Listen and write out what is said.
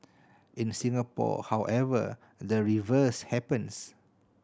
in Singapore however the reverse happens